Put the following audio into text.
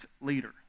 leader